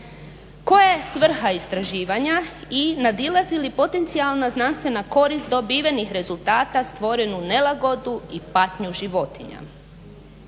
je svrha istraživanja i nadilazi li potencijalna znanstvena korist dobivenih rezultata stvorenu nelagodu i patnju životinja?